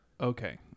okay